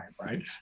right